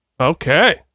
Okay